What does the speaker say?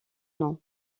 nom